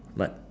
but